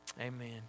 Amen